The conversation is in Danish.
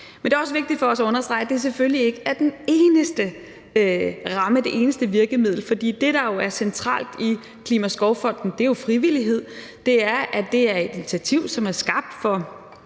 Men det er også vigtigt for os at understrege, at det selvfølgelig ikke er den eneste ramme, det eneste virkemiddel, for det, der jo er centralt i Klimaskovfonden, er frivillighed – det er, at det er et initiativ, som er skabt for